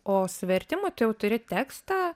o su vertimu tai jau turi tekstą